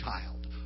child